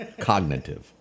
Cognitive